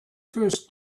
first